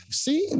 see